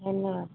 ধন্য়বাদ